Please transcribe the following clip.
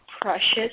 Precious